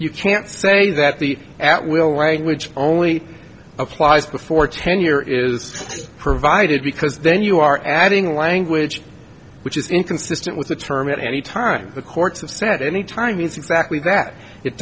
you can't say that the at will language only applies before tenure is provided because then you are adding language which is inconsistent with the term at any time the courts have said any time is exactly that it